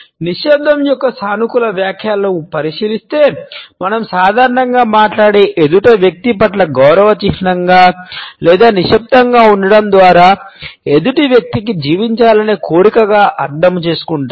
నిశ్శబ్దం యొక్క సానుకూల వ్యాఖ్యానాలను పరిశీలిస్తే మనం సాధారణంగా మాట్లాడే ఎదుటి వ్యక్తి పట్ల గౌరవ చిహ్నంగా లేదా నిశ్శబ్దంగా ఉండడం ద్వారా ఎదుటి వ్యక్తికి జీవించాలనే కోరికగా అర్థం చేసుకుంటాము